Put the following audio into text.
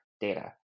data